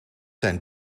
zijn